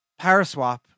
Paraswap